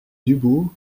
dubourg